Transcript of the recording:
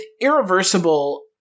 Irreversible